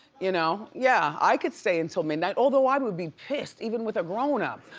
you know, yeah, i could stay until midnight although, i would be pissed even with a grown up.